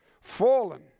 fallen